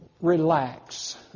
relax